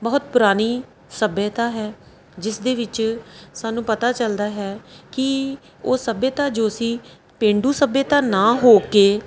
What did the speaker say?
ਬਹੁਤ ਪੁਰਾਣੀ ਸੱਭਿਅਤਾ ਹੈ ਜਿਸ ਦੇ ਵਿੱਚ ਸਾਨੂੰ ਪਤਾ ਚੱਲਦਾ ਹੈ ਕਿ ਉਹ ਸੱਭਿਅਤਾ ਜੋ ਸੀ ਪੇਂਡੂ ਸੱਭਿਅਤਾ ਨਾ ਹੋ ਕੇ